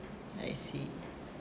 I see